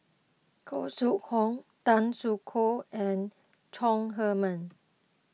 Khoo Sui Hoe Tan Soo Khoon and Chong Heman